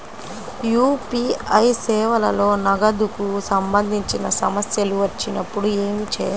UPI సేవలలో నగదుకు సంబంధించిన సమస్యలు వచ్చినప్పుడు ఏమి చేయాలి?